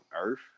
Earth